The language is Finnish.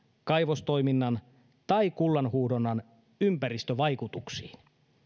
kaivostoiminnan tai kullanhuuhdonnan ympäristövaikutuksiin